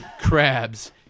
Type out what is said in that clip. crabs